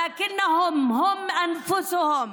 אבל הם, הם עצמם,